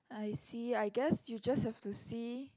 I see I guess you just have to see